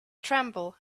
tremble